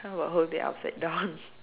how about hold it upside down